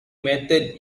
method